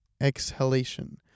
exhalation